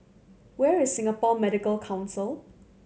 where is Singapore Medical Council